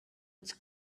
its